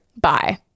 Bye